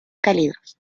cálidos